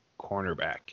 cornerback